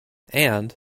and